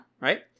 Right